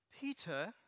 Peter